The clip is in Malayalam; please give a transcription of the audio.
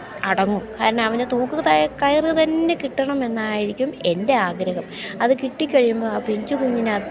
അടങ്ങൂ കാരണം അവന് തൂക്ക് കയർ തന്നെ കിട്ടണമെന്നായിരിക്കും എൻ്റെ ആഗ്രഹം അത് കിട്ടിക്കഴിയുമ്പോൾ ആ പിഞ്ചു കുഞ്ഞിന്